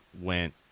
went